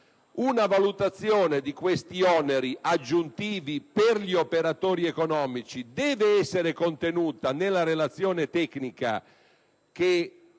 una valutazione di questi oneri aggiuntivi per gli operatori economici deve essere contenuta nella relazione tecnica che